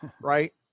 right